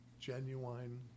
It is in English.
genuine